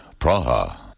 Praha